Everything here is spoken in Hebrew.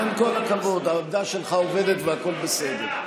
עם כל הכבוד, העמדה שלך עובדת והכול בסדר.